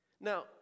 Now